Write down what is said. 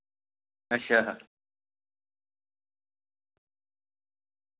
अच्छा